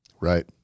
Right